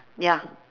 ya